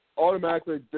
automatically